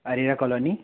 Arya colony